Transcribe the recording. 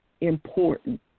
important